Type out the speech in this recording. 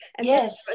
Yes